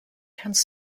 tends